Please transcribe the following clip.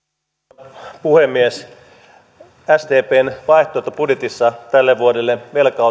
arvoisa puhemies sdpn vaihtoehtobudjetissa otettiin tälle vuodelle velkaa